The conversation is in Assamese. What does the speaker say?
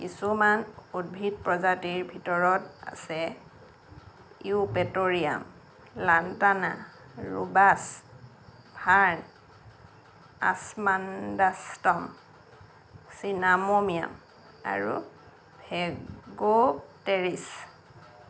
কিছুমান উদ্ভিদ প্ৰজাতিৰ ভিতৰত আছে Eupatorium Lantana Rubus fern Osmundastrum cinnamomeum আৰু ফেগ'টেৰিছ